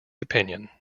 opinion